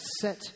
set